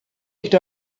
nicht